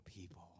people